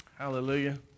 Hallelujah